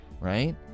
right